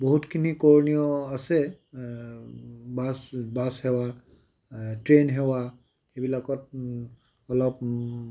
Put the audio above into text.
বহুতখিনি কৰণীয় আছে বাছ বাছ সেৱা ট্ৰেইন সেৱা এইবিলাকত অলপ